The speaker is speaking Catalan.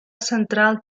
central